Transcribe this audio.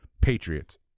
Patriots